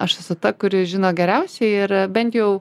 aš esu ta kuri žino geriausiai ir bent jau